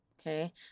Okay